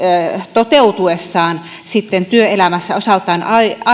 toteutuessaan sitten työelämässä osaltaan